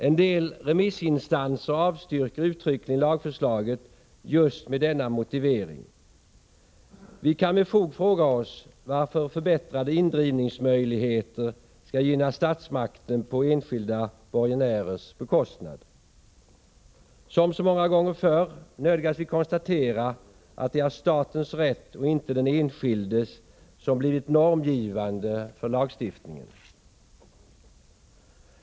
En del remissinstanser avstyrker uttryckligen lagförslaget just med denna motivering. Vi kan med fog fråga oss varför förbättrade indrivningsmöjligheter skall gynna statsmakten på enskilda borgenärers bekostnad. Som så många gånger förr nödgas vi konstatera att det är statens rätt och inte den enskildes som blivit normgivande för lagstiftningen.